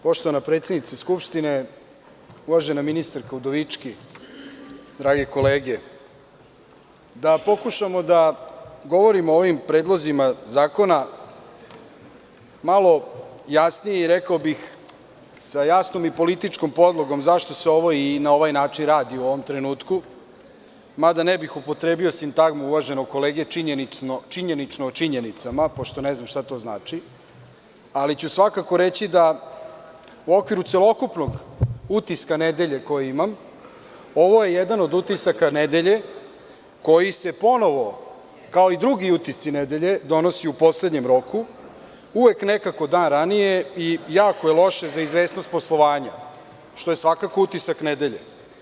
Poštovana predsednice Skupštine, uvažena ministarka Udovički, drage kolege, da pokušamo da govorimo o ovim predlozima zakona malo jasnije, i rekao bih sa jasnom i političkom podlogom zašto se ovo i na ovaj način radi u ovom trenutku, mada ne bih upotrebio sintagmu uvaženog kolege činjenično o činjenicama pošto ne znam šta to znači, ali ću svakako reći da u okviru celokupnog utiska nedelje koji imam, ovo je jedan od utisaka nedelje koji se ponovo kao i drugi utisci nedelje donosi u poslednjem roku, uvek nekako dan ranije i jako loše za izvesnost poslovanja, što je svakako utisak nedelje.